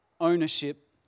ownership